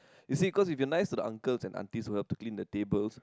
you see because if you are nice to the uncles and aunties who help to clean the tables